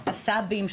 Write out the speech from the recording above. הסבים,